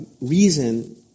reason